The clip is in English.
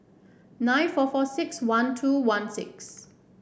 nine four four six one two one six